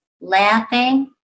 laughing